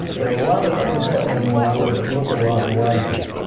there are a lot of things happening in the world that look a lot like it,